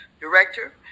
director